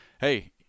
hey